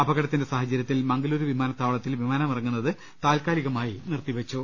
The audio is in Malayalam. അപകട ത്തിന്റെ സാഹചര്യത്തിൽ മംഗലൂരു വിമാനത്താവളത്തിൽ വിമാനമിറങ്ങുന്നത് താൽക്കാലികമായി നിർത്തിവെച്ചു